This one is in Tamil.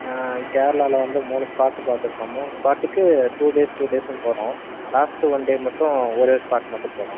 கேரளாவில் வந்து மூணு ஸ்பாட் பார்த்துருக்கோம் மூணு ஸ்பாட்டுக்கு டூ டேஸ் டூ டேஸ்ஸுனு போகிறோம் லாஸ்ட்டு ஒன் டே மட்டும் ஒரே ஒரு ஸ்பாட் மட்டும் போகிறோம்